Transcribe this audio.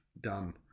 done